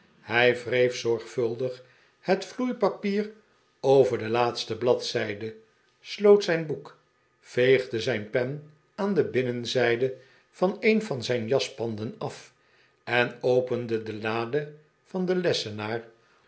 hij wreef zorgvuldig het vloeipapier over de laatste bladzijde sloot zijn boek veegde zijn pen aan de binnenzijde van een van zijn jaspanden af en opende de lade van den lessenaar